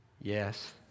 yes